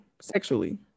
sexually